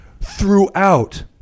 throughout